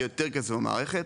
יהיה יותר כסף במערכת,